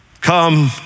come